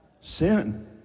Sin